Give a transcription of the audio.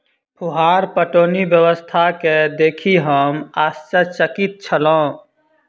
फुहार पटौनी व्यवस्था के देखि हम आश्चर्यचकित छलौं